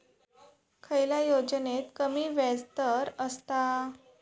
खयल्या योजनेत कमी व्याजदर असता?